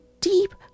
deep